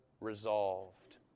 resolved